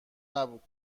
نبود